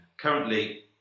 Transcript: currently